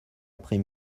après